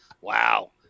Wow